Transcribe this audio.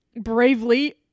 bravely